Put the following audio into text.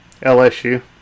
LSU